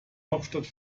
hauptstadt